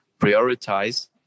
prioritize